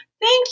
thank